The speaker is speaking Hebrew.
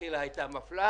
מלכתחילה הייתה מפלה.